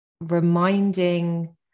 reminding